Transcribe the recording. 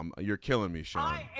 um you're killing me shy.